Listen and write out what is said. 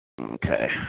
Okay